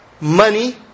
money